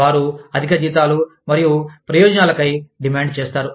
వారు అధిక జీతాలు మరియు ప్రయోజనాలకై డిమాండ్ చేస్తారు